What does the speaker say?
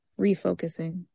refocusing